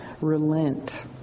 relent